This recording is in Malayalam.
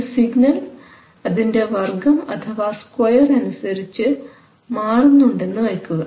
ഒരു സിഗ്നൽ അതിൻറെ വർഗ്ഗം അഥവാ സ്ക്വയർ അനുസരിച്ച് മാറുന്നുണ്ടെന്ന് വയ്ക്കുക